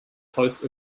host